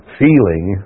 feeling